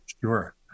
Sure